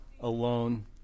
alone